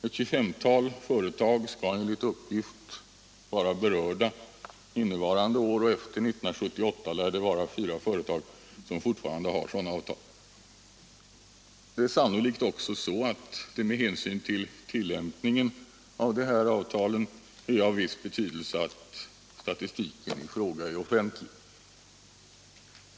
Ett tjugofemtal företag skall enligt uppgift vara berörda innevarande år. Efter 1978 lär det vara fyra företag som fortfarande har sådana avtal. Det är sannolikt också så att det med hänsyn till tillämpningen av dessa avtal är av viss betydelse att statistiken i fråga är offentlig.